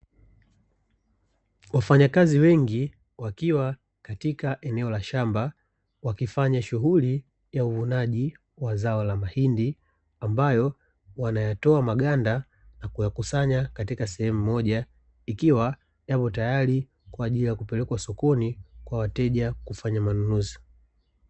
Wafanyakazi wengi wakiwa katika eneo la shamba, wakifanya shughuli ya uvunaji wa zao la mahindi, ambayo wanayatoa maganda na kuyakusanya katika sehemu moja, ikiwa yapo tayari kwa ajili ya kupelekwa sokoni kwa wateja kufanya manunuzi.